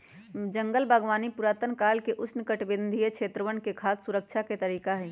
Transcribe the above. जंगल बागवानी पुरातन काल से उष्णकटिबंधीय क्षेत्रवन में खाद्य सुरक्षा के तरीका हई